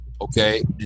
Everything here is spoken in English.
okay